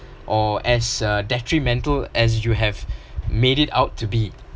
or as a detrimental as you have made it out to be